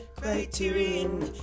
Criterion